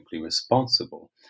responsible